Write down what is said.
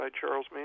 Charles